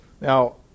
Now